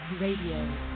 Radio